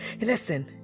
Listen